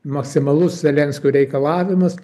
maksimalus zelenskio reikalavimas